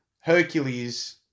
Hercules